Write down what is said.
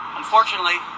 Unfortunately